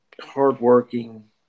hardworking